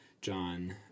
John